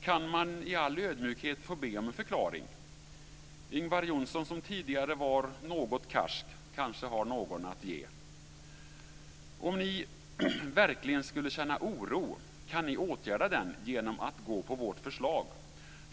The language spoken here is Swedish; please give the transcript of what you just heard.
Kan man i all ödmjukhet få be om en förklaring? Ingvar Johnsson som tidigare var något karsk har kanske någon förklaring att ge. Om ni verkligen skulle känna oro kan ni åtgärda den genom att gå på vårt förslag.